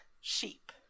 sheep